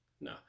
No